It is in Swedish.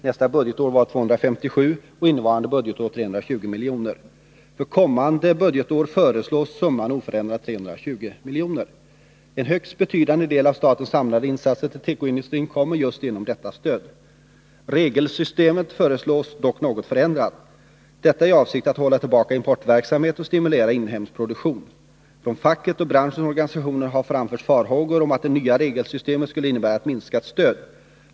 Nästa budgetår var det 257 milj.kr. och innevarande budgetår 320 milj.kr. För kommande budgetår föreslås oförändrad summa, 320 milj.kr. En högst betydande del av statens samlade insatser till tekoindustrin kommer just genom detta stöd. Regelsystemet föreslås dock något förändrat, i avsikt att hålla tillbaka importverksamhet och stimulera inhemsk produktion. Från facket och branschens organisationer har framförts farhågor för att det nya regelsystemet skulle innebära ett minskat stöd.